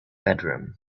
bedroom